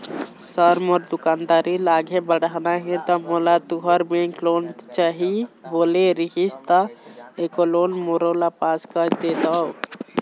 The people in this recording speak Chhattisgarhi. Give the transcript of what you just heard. सर मोर दुकानदारी ला आगे बढ़ाना हे ता मोला तुंहर बैंक लोन चाही बोले रीहिस ता एको लोन मोरोला पास कर देतव?